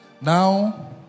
Now